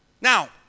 Now